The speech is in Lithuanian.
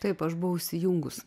taip aš buvau įsijungus